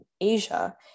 Asia